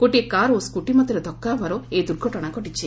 ଗୋଟିଏ କାର ଓ ସ୍କୁଟି ମଧ୍ୟରେ ଧକ୍କା ହେବାରୁ ଏହି ଦୁର୍ଘଟଣା ଘଟିଛି